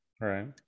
Right